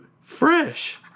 Fresh